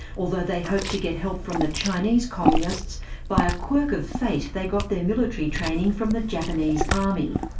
although they hoped to get help from the chinese communists, by a quirk of fate, they got their military training from the japanese army.